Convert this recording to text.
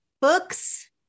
Books